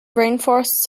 rainforests